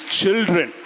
children